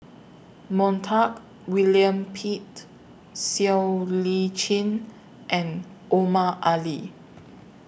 Montague William Pett Siow Lee Chin and Omar Ali